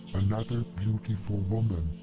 another beautiful woman!